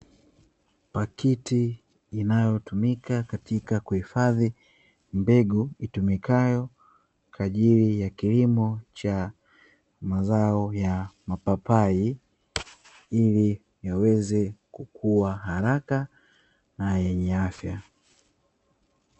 Pakiti inayotumika katika kuhifadhi mbegu, itumikayo kwa ajili ya kilimo cha mazao ya mapapai, ili yaweze kukua haraka na yenye afya.